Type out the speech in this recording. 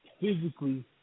physically